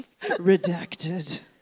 Redacted